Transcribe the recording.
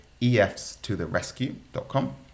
efstotherescue.com